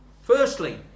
Firstly